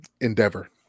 endeavor